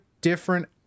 different